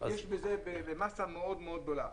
יש את זה במסה מאוד מאוד גדולה.